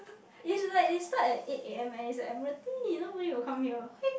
it's like they start at eight A_M and it's at Admiralty nobody will come here